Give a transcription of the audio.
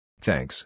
Thanks